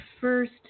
first